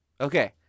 Okay